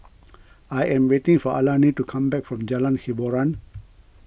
I am waiting for Alani to come back from Jalan Hiboran